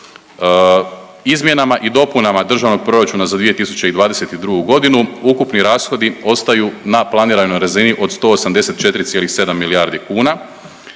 Izmjenama i dopunama državnog proračuna za 2022.g., ukupni rashodi ostaju na planiranoj razini od 184,7 milijardi kuna.